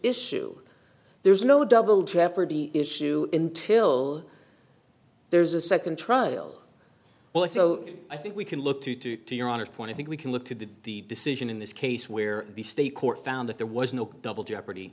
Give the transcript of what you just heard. issue there's no double jeopardy issue intil there's a second trial well so i think we can look to your honor's point i think we can look to the decision in this case where the state court found that there was no double jeopardy